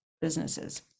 businesses